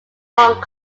hong